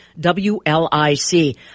WLIC